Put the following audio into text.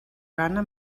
gana